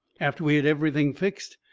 after we had everything fixed,